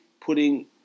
putting